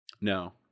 no